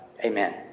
Amen